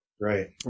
Right